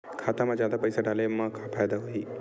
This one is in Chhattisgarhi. खाता मा जादा पईसा डाले मा का फ़ायदा होही?